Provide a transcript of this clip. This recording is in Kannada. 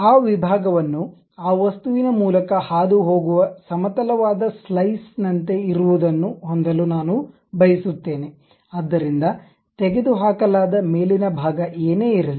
ಆ ವಿಭಾಗವನ್ನು ಆ ವಸ್ತುವಿನ ಮೂಲಕ ಹಾದುಹೋಗುವ ಸಮತಲವಾದ ಸ್ಲೈಸ್ನಂತೆ ಇರುವದನ್ನು ಹೊಂದಲು ನಾನು ಬಯಸುತ್ತೇನೆ ಆದ್ದರಿಂದ ತೆಗೆದುಹಾಕಲಾದ ಮೇಲಿನ ಭಾಗ ಏನೇ ಇರಲಿ